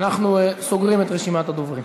אנחנו סוגרים את רשימת הדוברים.